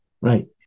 Right